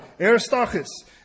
Aristarchus